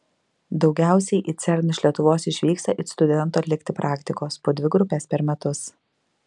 daugiausiai į cern iš lietuvos išvyksta it studentų atlikti praktikos po dvi grupes per metus